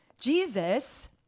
Jesus